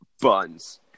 buns